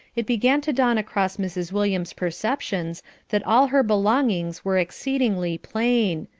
it began to dawn across mrs. williams' perceptions that all her belongings were exceedingly plain,